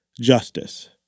justice